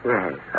Yes